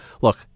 look